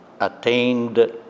attained